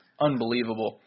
unbelievable